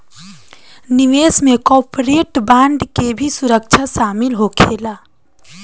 निवेश में corporate bond के भी सुरक्षा शामिल होखेला